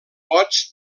pots